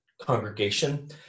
congregation